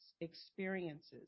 experiences